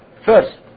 First